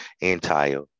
entire